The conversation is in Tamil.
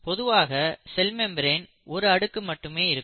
பொதுவாக செல் மெம்பிரன் ஒரு அடுக்கு மட்டுமே இருக்கும்